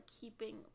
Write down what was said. keeping